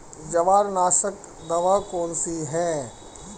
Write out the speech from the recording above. जवारनाशक दवा कौन सी है?